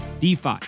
DeFi